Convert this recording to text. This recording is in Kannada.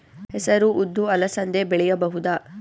ಹೆಸರು ಉದ್ದು ಅಲಸಂದೆ ಬೆಳೆಯಬಹುದಾ?